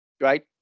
right